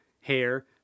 hair